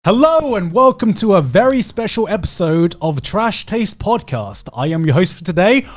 hello, and welcome to a very special episode of trash taste podcast. i am your host for today,